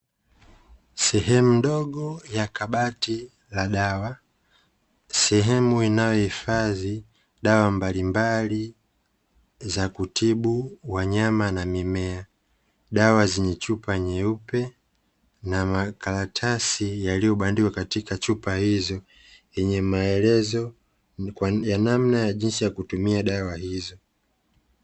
Sehemu ndogo ya kabati la dawa, sehemu inayohifadhi dawa mbalimbali za kutibu wanyama na mimea. Dawa zenye chupa nyeupe na makaratasi yaliyobandikwa katika chupa hizo, yenye maelezo ya namna na jinsi ya kutumia dawa hizo.